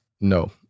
No